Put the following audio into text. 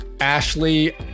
Ashley